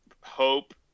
hope